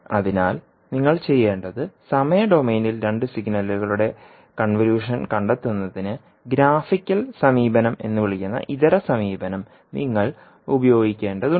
അതിനാൽ നിങ്ങൾ ചെയ്യേണ്ടത് സമയ ഡൊമെയ്നിൽ രണ്ട് സിഗ്നലുകളുടെ കൺവല്യൂഷൻ കണ്ടെത്തുന്നതിന് ഗ്രാഫിക്കൽ സമീപനം എന്ന് വിളിക്കുന്ന ഇതര സമീപനം നിങ്ങൾ ഉപയോഗിക്കേണ്ടതുണ്ട്